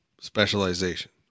specialization